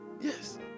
Yes